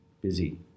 busy